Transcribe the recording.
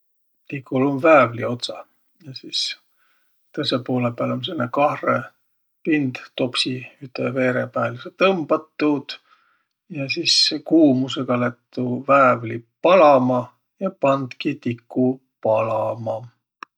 Tikul um väävli otsah. Ja sis tõõsõ poolõ pääl um sääne kahrõ pind topsi üte veere pääl. Tõmbat tuud ja sis kuumusõga väävli palama ja pandki tiku palama.